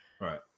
right